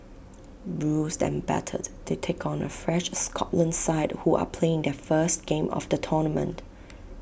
bruised and battered they take on A fresh Scotland side who are playing their first game of the tournament